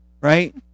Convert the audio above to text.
right